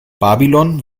babylon